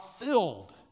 filled